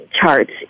charts